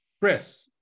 Chris